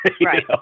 Right